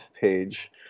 page